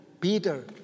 Peter